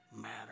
matter